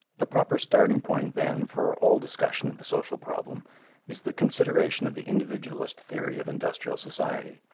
the proper starting point, then, for all discussion of the social problem is the consideration of the individualist theory of industrial society.